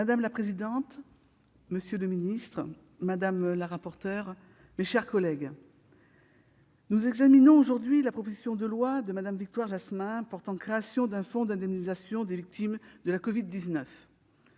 Madame la présidente, monsieur le secrétaire d'État, mes chers collègues, nous examinons aujourd'hui la proposition de loi de Mme Victoire Jasmin portant création d'un fonds d'indemnisation des victimes de la Covid-19.